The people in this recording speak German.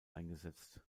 eingesetzt